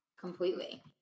completely